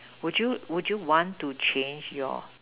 would you would you want to change your